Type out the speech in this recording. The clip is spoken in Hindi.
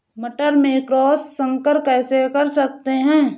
मटर में क्रॉस संकर कैसे कर सकते हैं?